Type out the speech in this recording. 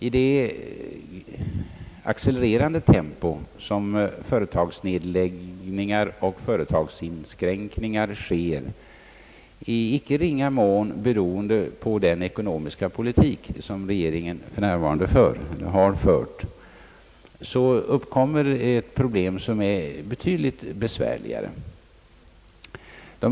I det accelerande tempo varmed företagsnedläggningar och företagsinskränkningar nu sker, i icke ringa mån beroende på den ekonomiska politik som regeringen har fört och för, uppkommer problem som är betydligt besvärligare.